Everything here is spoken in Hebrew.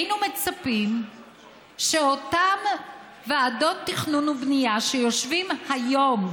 היינו מצפים שאותן ועדות תכנון ובנייה שיושבות היום,